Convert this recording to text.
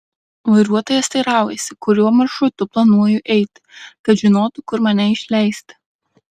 vairuotojas teiraujasi kuriuo maršrutu planuoju eiti kad žinotų kur mane išleisti